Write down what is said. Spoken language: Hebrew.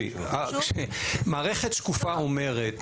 מערכת שקופה אומרת